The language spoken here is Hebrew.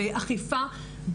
באכיפה,